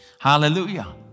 Hallelujah